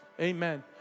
amen